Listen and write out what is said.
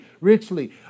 richly